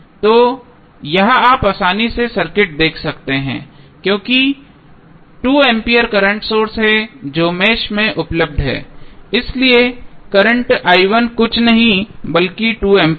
तो यह आप आसानी से सर्किट देख सकते हैं क्योंकि 2 एंपियर करंट सोर्स है जो मेष में उपलब्ध है इसलिए करंट कुछ नहीं बल्कि 2 एम्पीयर था